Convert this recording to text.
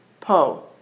po